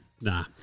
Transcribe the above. Nah